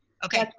okay.